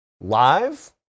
live